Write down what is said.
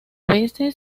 veces